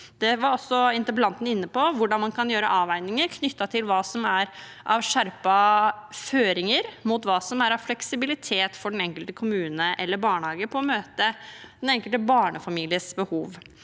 Det var også interpellanten inne på, hvordan man kan gjøre avveininger knyttet til hva som er av skjerpede føringer, mot hva som er av fleksibilitet for den enkelte kommune eller barnehage med tanke på å møte den enkelte barnefamilies behov.